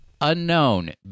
Unknown